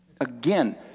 again